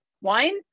Wine